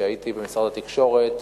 כשהייתי במשרד התקשורת,